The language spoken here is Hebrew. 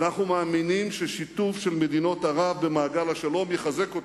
אנחנו מאמינים ששיתוף מדינות ערב במעגל השלום יחזק אותו.